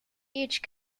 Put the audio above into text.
each